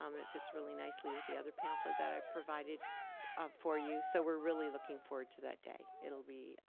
um it fits really nicely with the other pamphlet that i've provided for you, so we're really looking forward to that day. it'll be